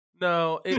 No